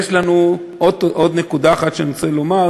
עוד נקודה אחת שאני רוצה לומר,